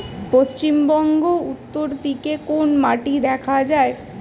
পশ্চিমবঙ্গ উত্তর দিকে কোন মাটি দেখা যায়?